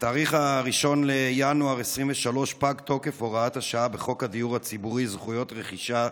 ב-1 בינואר 2023 פג תוקף הוראת השעה בחוק הדיור הציבורי (זכויות רכישה),